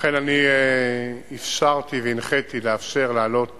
אכן אני אישרתי והנחיתי לאפשר להעלות